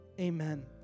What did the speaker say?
amen